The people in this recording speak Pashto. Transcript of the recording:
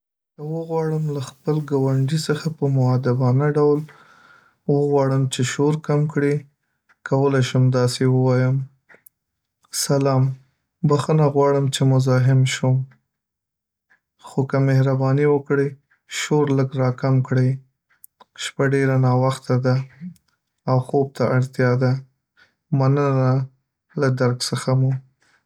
که وغواړم له خپل ګاونډي څخه په مؤدبانه ډول وغواړم چې شور کم کړي، کولی شم داسي ووایم: سلام، بخښنه غواړم چې مزاحم شوم، خو که مهرباني وکړئ، شور لږ راکم کړئ. شپه ډېره ناوخته ده او خوب ته اړتیا لرم. مننه له درک څخه مو.